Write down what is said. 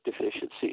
deficiency